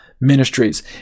Ministries